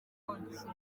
munsi